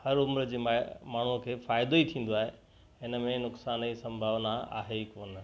हर उमिरि जे म माण्हूअ खे फ़ाइदो ई थींदो आहे हिन में नुक़सान जी संभावना आहे ई कोन